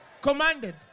Commanded